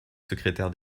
secrétaire